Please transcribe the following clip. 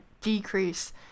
decrease